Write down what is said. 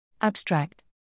Abstract